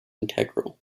integral